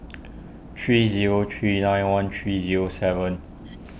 three zero three nine one three zero seven